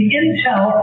intel